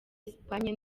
espagne